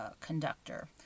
conductor